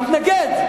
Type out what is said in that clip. התנגד,